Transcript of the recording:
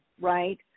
right